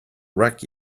wreck